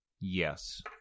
Yes